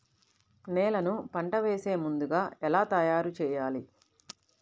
నేలను పంట వేసే ముందుగా ఎలా తయారుచేయాలి?